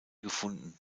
gefunden